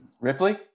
Ripley